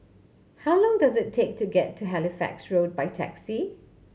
how long does it take to get to Halifax Road by taxi